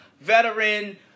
veteran